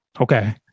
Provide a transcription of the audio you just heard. Okay